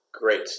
Great